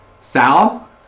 Sal